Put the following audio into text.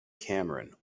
cameron